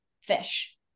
fish